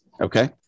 Okay